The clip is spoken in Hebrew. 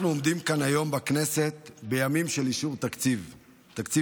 אנחנו עומדים כאן היום בכנסת בימים של אישור תקציב המדינה.